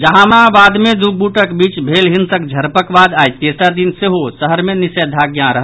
जहानाबाद मे दू गुटक बीच भेल हिंसक झड़पक बाद आई तेरस दिन सेहो शहर मे निषेधाज्ञा रहल